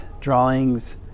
drawings